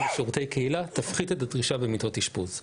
ושירותי קהילה יפחית את הדרישה למיטות אשפוז.